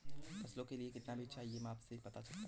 फसलों के लिए कितना बीज चाहिए माप से ही पता चलता है